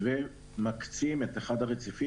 בנוסף,